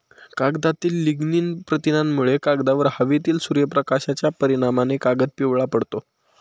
कागदातील लिग्निन प्रथिनांमुळे, कागदावर हवेतील सूर्यप्रकाशाच्या परिणामाने कागद पिवळा पडतो